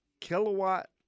kilowatt